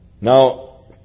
Now